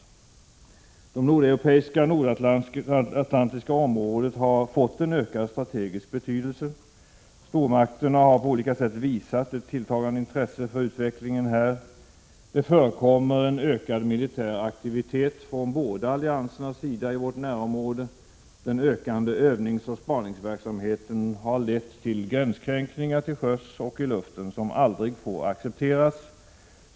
Det nordeuropeiska och nordatlantiska området har fått en ökad strategisk betydelse. Stormakterna har på olika sätt visat ett tilltagande intresse för utvecklingen här. Det förekommer en ökad militär aktivitet från båda alliansernas sida i vårt närområde. Den ökande övningsoch spaningsverksamheten har lett till gränskränkningar till sjöss och i luften som aldrig får accepteras.